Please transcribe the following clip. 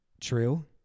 true